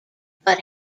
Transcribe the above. but